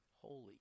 holy